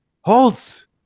Holtz